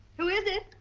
who is it?